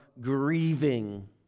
grieving